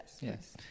Yes